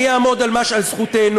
אני אעמוד על זכותנו,